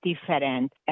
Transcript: different